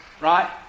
Right